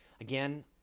again